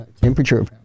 temperature